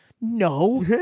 no